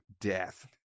death